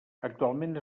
actualment